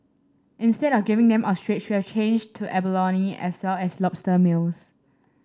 instead of giving them ostrich we have changed to abalone as well as lobster meals